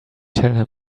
tell